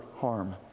harm